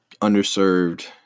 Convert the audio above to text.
underserved